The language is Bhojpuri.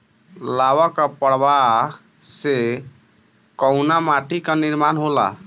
लावा क प्रवाह से कउना माटी क निर्माण होला?